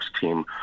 team